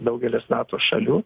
daugelis nato šalių